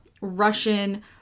Russian